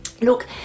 Look